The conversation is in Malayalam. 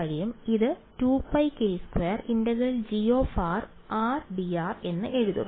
ഇത് 2πk2∫G r dr എന്ന് എഴുതുക